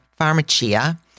pharmacia